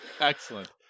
Excellent